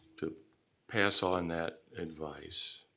to pass on that advice.